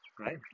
Right